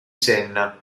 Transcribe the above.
senna